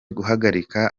guhagarika